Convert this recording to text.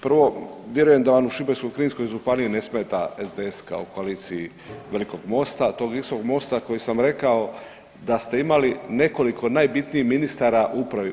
Prvo vjerujem da Šibensko-kninskoj županiji ne smeta SDS kao koaliciji velikog MOST-a, tog visokog MOST-a koji sam rekao da ste imali nekolik najbitnijih ministara uprave.